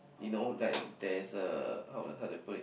you know like there's a how how to put it